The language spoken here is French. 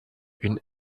une